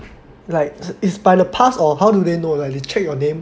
like it's by the pass or how do they know that they check your name